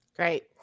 Great